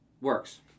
Works